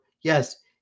yes